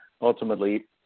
ultimately